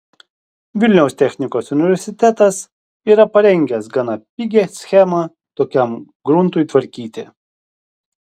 vilniaus technikos universitetas yra parengęs gana pigią schemą tokiam gruntui tvarkyti